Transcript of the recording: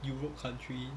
europe country